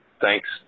Thanks